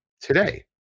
today